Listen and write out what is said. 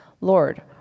Lord